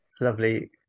lovely